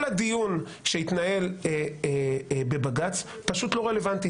כל הדיון שהתנהל בבג"ץ פשוט לא רלוונטי.